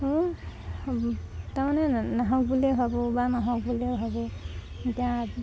তাৰমানে নাহক বুলিয়ে ভাবোঁ বা নহওক বুলিয়ে ভাবোঁ এতিয়া